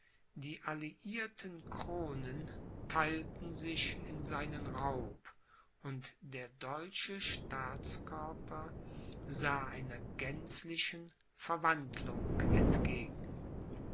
die alliierten kronen theilten sich in seinen raub und der deutsche staatskörper sah einer gänzlichen verwandlung entgegen